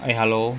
eh hello